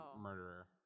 murderer